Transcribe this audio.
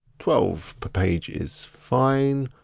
twelve per page is fine.